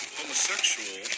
homosexual